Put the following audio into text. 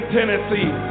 Tennessee